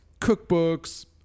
cookbooks